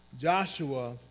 Joshua